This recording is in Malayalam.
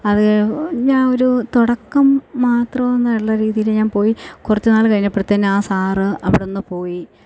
അത് ഞാൻ ഒരു തുടക്കം മാത്രം എന്നുള്ള രീതിയിൽ ഞാൻ പോയി കുറച്ച് നാൾ കഴിഞ്ഞപ്പോഴത്തേനും ആ സാർ അവിടുന്ന് പോയി